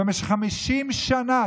במשך 50 שנה,